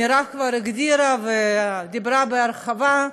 מירב כבר הגדירה ודיברה בהרחבה: